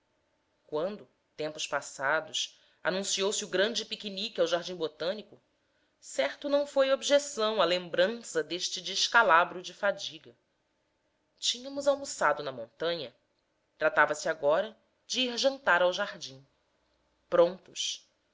quando tempos passados anunciou se o grande piquenique ao jardim botânico certo não foi objeção a lembrança deste descalabro de fadiga tínhamos almoçado na montanha tratava-se agora de ir jantar ao jardim prontos